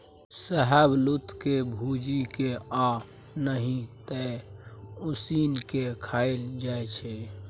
शाहबलुत के भूजि केँ आ नहि तए उसीन के खाएल जाइ छै